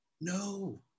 No